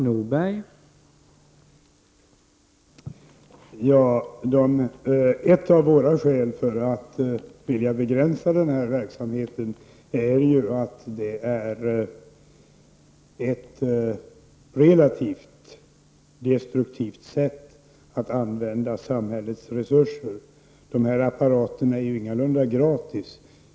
Herr talman! Ett av våra skäl för att vilja begränsa den här verksamheten är att det är ett relativt destruktivt sätt att använda samhällets resurser. De här apparaterna är ingalunda gratis.